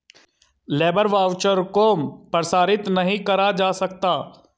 labour voucher को प्रसारित नहीं करा जा सकता